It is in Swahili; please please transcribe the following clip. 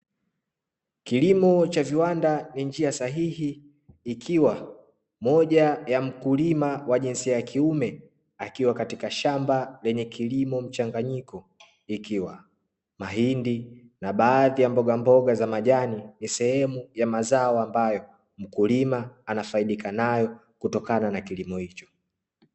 Kilimo cha viwanda ni njia sahihi ikiwa moja ya mkulima wa jinsia ya kiume, akiwa katika shamba lenye kilimo mchanganyiko ikiwa mahindi na baadhi ya mbogamboga za majani ni sehemu ya mazao ambayo mkulima anafaidika nayo kutokana na kilimo hicho.